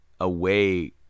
away